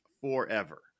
forever